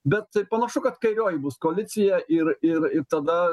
bet panašu kad kairioji bus koalicija ir ir ir tada